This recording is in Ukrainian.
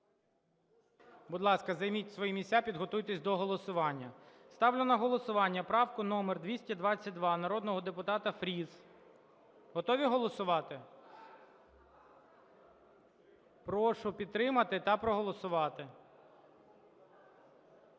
Будь ласка, займіть свої місця, підготуйтесь до голосування. Ставлю на голосування правку номер 222 народного депутата Фріса. Готові голосувати? Прошу підтримати та проголосувати.